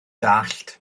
dallt